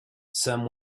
some